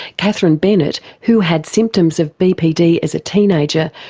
catherine bennett, who had symptoms of bpd as a teenager,